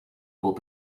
will